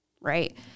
right